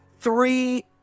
three